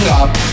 up